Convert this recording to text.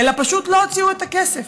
אלא פשוט לא הוציאו את הכסף.